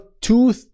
two